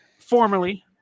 Formerly